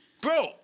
bro